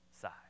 side